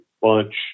bunch